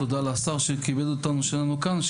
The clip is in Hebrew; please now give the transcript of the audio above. תודה לשר שכיבד אותנו כאן,